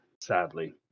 sadly